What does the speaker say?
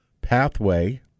pathway